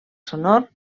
sonor